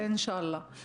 אינשאללה.